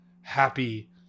happy